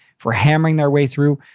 for hammering their way through?